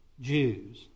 Jews